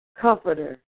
Comforter